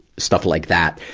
stuff like that.